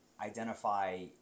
identify